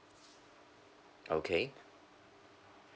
okay